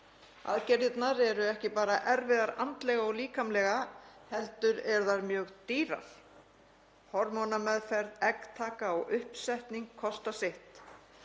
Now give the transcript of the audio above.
Aðgerðirnar eru ekki bara erfiðar andlega og líkamlega heldur eru þær mjög dýrar, hormónameðferð, eggtaka og uppsetning kosta sitt.